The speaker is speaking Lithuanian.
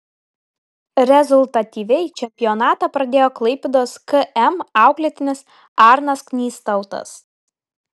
rezultatyviai čempionatą pradėjo klaipėdos km auklėtinis arnas knystautas